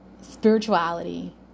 Spirituality